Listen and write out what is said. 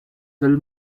del